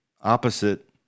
opposite